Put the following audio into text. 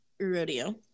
rodeo